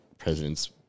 president's